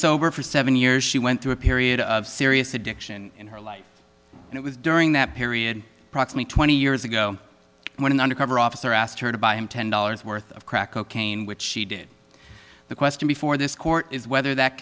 sober for seven years she went through a period of serious addiction in her life and it was during that period approximate twenty years ago when an undercover officer asked her to buy him ten dollars worth of crack cocaine which she did the question before this court is whether that